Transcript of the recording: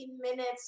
minutes